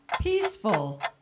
peaceful